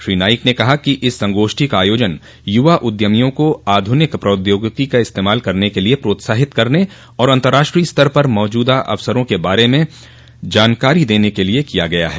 श्री नाइक ने कहा कि इस संगोष्ठी का आयोजन युवा उद्यमियों को आधुनिक प्रौद्योगिकी का इस्तेमाल करने के लिए प्रोतसाहित करने और अंतर्राष्ट्रीय स्तर पर मौजूद अवसरों के बारे में जानकारी देने के लिए किया गया है